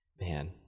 Man